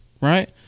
right